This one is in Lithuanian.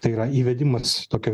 tai yra įvedimas tokio